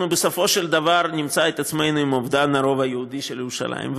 אנחנו בסופו של דבר נמצא את עצמנו עם אובדן הרוב היהודי של ירושלים.